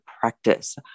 practice